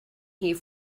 here